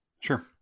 Sure